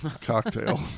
cocktail